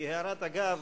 כהערת אגב,